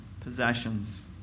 possessions